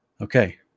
Okay